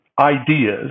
ideas